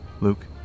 Luke